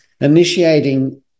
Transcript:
initiating